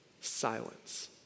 Silence